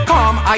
Come